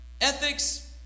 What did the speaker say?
Ethics